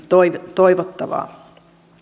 toivottavaa